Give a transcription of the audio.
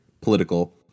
political